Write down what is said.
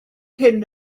hyn